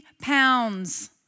pounds